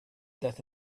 that